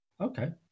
Okay